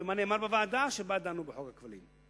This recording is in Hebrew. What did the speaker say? ומה נאמר בוועדה שבה דנו בחוק הכבלים.